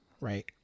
Right